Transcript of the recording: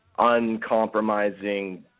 uncompromising